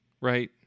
right